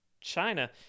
China